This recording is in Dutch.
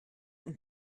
een